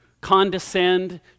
condescend